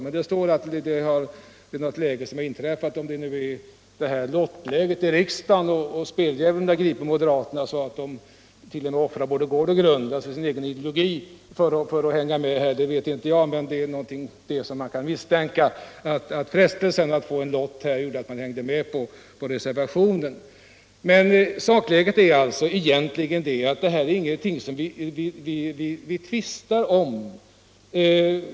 Om moderaterna med ”det läge som nu uppkommit”, menar lottläget i riksdagen och att speldjävulen så gripit moderaterna att de vill offra både gård och grund, dvs. sin egen ideologi, för att vara med här, vet jag inte, men troligen är det frestelsen att vinna en lottdragning som gjort att moderaterna varit med om reservationen. I sak är detta alltså ingenting som vi tvistar om.